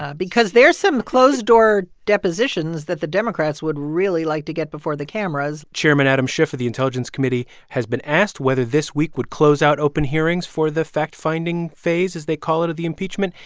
because there's some closed-door depositions that the democrats would really like to get before the cameras chairman adam schiff of the intelligence committee has been asked whether this week would close out open hearings for the fact-finding phase, as they call it, of the impeachment.